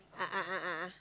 a'ah a'ah a'ah